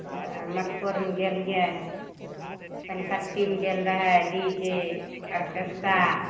मटकोरमे गेलिए पनिकट्टीमे गेल रहै डी जे ऑरकेस्ट्रा